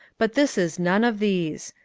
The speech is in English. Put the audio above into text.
but this is none of these.